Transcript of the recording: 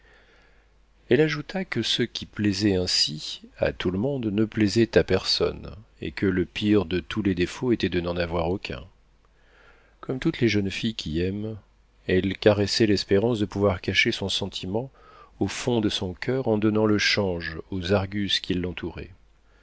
elle ajouta que ceux qui plaisaient ainsi à tout le monde ne plaisaient à personne et que le pire de tous les défauts était de n'en avoir aucun comme toutes les jeunes filles qui aiment elle caressait l'espérance de pouvoir cacher son sentiment au fond de son coeur en donnant le change aux argus qui l'entouraient